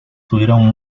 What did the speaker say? tuvieron